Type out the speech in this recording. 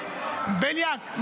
בליאק.